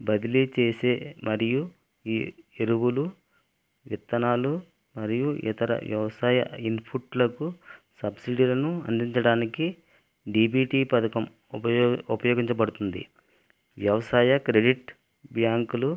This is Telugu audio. బదిలీ చేసే మరియు ఈ ఎరువులు విత్తనాలు మరియు ఇతర వ్యవసాయ ఇన్పుట్లకు సబ్సిడీలను అందించడానికి డిబిటీ పథకం ఉపయోగ ఉపయోగించబడుతుంది వ్యవసాయ క్రెడిట్ బ్యాంకులు